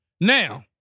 Now